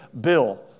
Bill